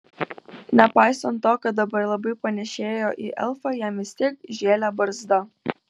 nepaisant to kad dabar labai panėšėjo į elfą jam vis tiek žėlė barzda